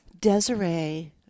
desiree